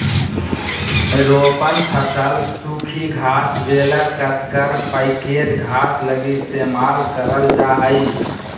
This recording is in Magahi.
रोपण फसल सूखी घास बेलर कसकर पैकेज घास लगी इस्तेमाल करल जा हइ